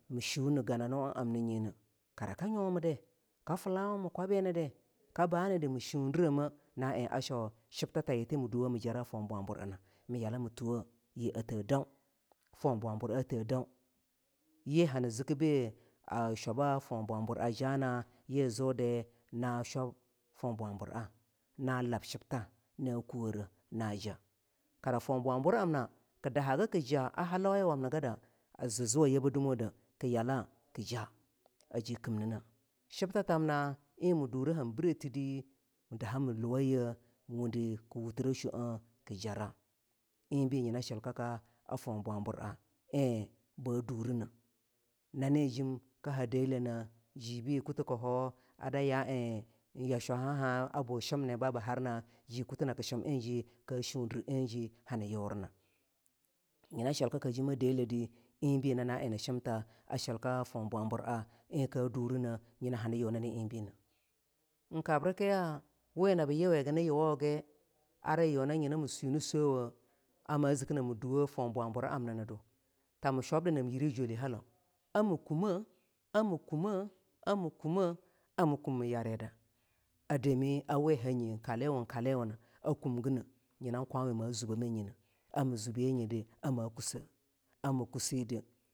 mii shunneh gananua amninye kara kaa nyomidie kaa filawo mii kwabi nii dii kaa bani dii mii shundiremeh na en a shau shibta taye thie mii duwa mii jara foh bwabur ena mii yala mii tuwoh yeh a theh dau for bwabura theh dau yii hani zikih bii a shwaba fohbwabur ah jana yi zu dii na shwab for bwabur a na lab shibta na kuwireh na jah kara for bwabur amna kii fahagi kii ja a halauye wam nigada a zii zuwa yaba dumodeh kii yala ki ja a hajii kimnineh shibta thamna en mii dureh han birethi dii mii daha mii luwayeh mii wundi mii wutire shwo kii jarah en bii nyina shilkaka a for bwabur ah wn ba durineh nane jam kii ha deleh neh jii bii kutuh kii hoh a da yaa en ya shuhah hah a bu shimniba bii harnah jii kutu na kii shim en jii kaa shundri a jineh hani yurinah nyina shilkaka jem a deleh dii enbe nyina na en nishimtha a shilka for bwabura en ka durineh nyina hani yui nane enbineh enkabrikiya we nab yuwe gi nii yuwogi ara yuna nyina mii sue nii swowoh ar ma zii kina mii duwa forbwabur amninii du tah mii shwabida nam yirii jwoleh halau amii kumeh amii kumeh amii kumeh amii kum mii yarida a dami a we hanye kaliwu kaliwan a kumginneh nyinan kwaweh ma zube manyineh amii zubiyenyideh ar ma kusseh